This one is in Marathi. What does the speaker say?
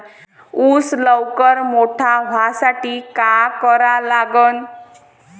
ऊस लवकर मोठा व्हासाठी का करा लागन?